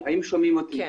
תודה.